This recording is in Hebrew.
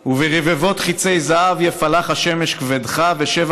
/ וברבבות חיצי זהב יפלח השמש כבדך / ושבע